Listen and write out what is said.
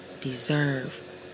deserve